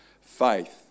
faith